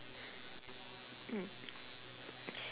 mm